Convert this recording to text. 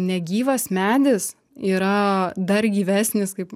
negyvas medis yra dar gyvesnis kaip